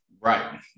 right